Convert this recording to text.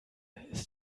ist